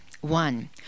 One